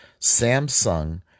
Samsung